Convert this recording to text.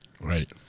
Right